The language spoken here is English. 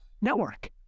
network